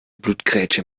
blutgrätsche